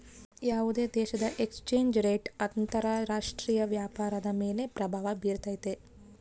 ಯಾವುದೇ ದೇಶದ exchange rate ಅಂತರ ರಾಷ್ಟ್ರೀಯ ವ್ಯಾಪಾರದ ಮೇಲೆ ಪ್ರಭಾವ ಬಿರ್ತೈತೆ